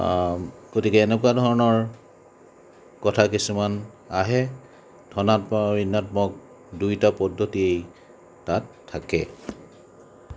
গতিকে এনেকুৱা ধৰণৰ কথা কিছুমান আহে ধণাত্মক আৰু ঋণাত্মক দুয়োটা পদ্ধতিয়ে তাত থাকে